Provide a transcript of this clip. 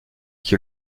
qui